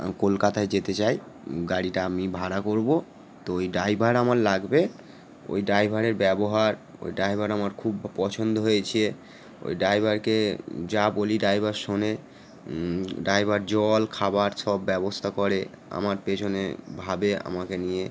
আমি কলকাতায় যেতে চাই গাড়িটা আমি ভাড়া করবো তো ওই ড্রাইভার আমার লাগবে ওই ড্রাইভারের ব্যবহার ওই ড্রাইভার আমার খুব পছন্দ হয়েছে ওই ড্রাইভারকে যা বলি ড্রাইভার শোনে ড্রাইভার জল খাবার সব ব্যবস্থা করে আমার পেছনে ভাবে আমাকে নিয়ে